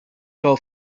skull